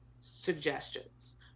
suggestions